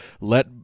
Let